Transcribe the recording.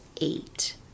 eight